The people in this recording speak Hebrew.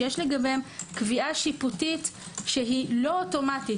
שיש לגביהם קביעה שיפוטית שאינה אוטומטית,